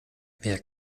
wer